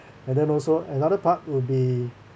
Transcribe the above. and then also another part will be